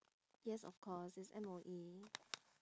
yes of course it's M_O_E